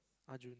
Arjun